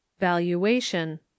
Valuation